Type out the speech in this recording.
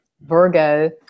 Virgo